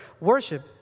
worship